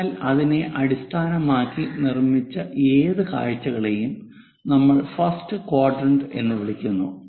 അതിനാൽ അതിനെ അടിസ്ഥാനമാക്കി നിർമ്മിച്ച ഏത് കാഴ്ചകളെയും നമ്മൾ ഫസ്റ്റ് ക്വാഡ്രന്റ് എന്ന് വിളിക്കുന്നു